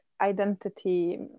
identity